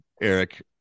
Eric